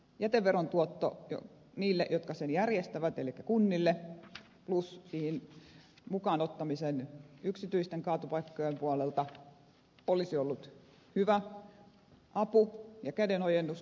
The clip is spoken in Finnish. jäteveron tuotto tulisi niille jotka sen järjestävät elikkä kunnille plus yksityisten kaatopaikkojen mukaan ottaminen siihen olisi ollut hyvä apu ja kädenojennus kuntapuolelle